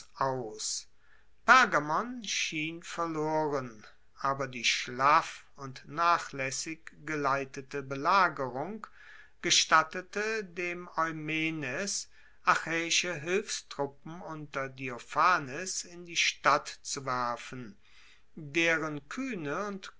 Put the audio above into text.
aus pergamon schien verloren aber die schlaff und nachlaessig geleitete belagerung gestattete dem eumenes achaeische hilfstruppen unter diophanes in die stadt zu werfen deren kuehne und